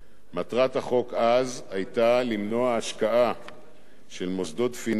מטרת החוק אז היתה למנוע השקעה של מוסדות פיננסיים